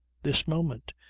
this moment.